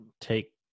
take